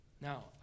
Now